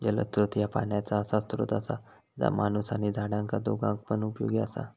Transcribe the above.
जलस्त्रोत ह्या पाण्याचा असा स्त्रोत असा जा माणूस आणि झाडांका दोघांका पण उपयोगी असा